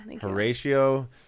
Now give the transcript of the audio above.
Horatio